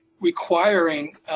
requiring